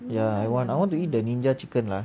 ya I want I want to eat the ninja chicken lah